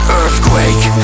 earthquake